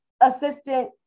assistant